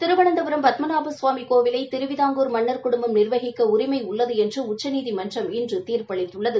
திருவனந்தபுரம் பத்மநாபகவாமி கோவிலை திருவிதாங்கூர் மன்னர் குடும்பம் நிர்வகிக்க உரிமை உள்ளது என்று உச்சநீதிமன்றம் இன்று தீர்ப்பு அளித்துள்ளது